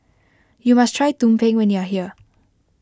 you must try Tumpeng when you are here